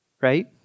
right